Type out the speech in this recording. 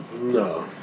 No